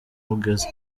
mugezi